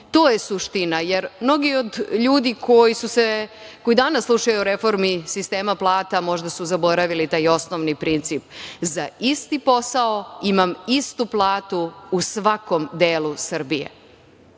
To je suština. Jer, mnogi od ljudi koji danas slušaju o reformi sistema plata možda su zaboravili taj osnovni princip - za isti posao imam istu platu u svakom delu Srbije.